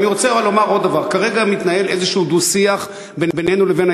ואני רוצה לומר עוד דבר: כרגע מתנהל איזשהו דו-שיח בינינו לבין